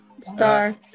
Star